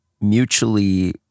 mutually